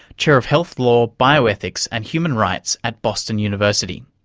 chair of health law, bioethics and human rights at boston university.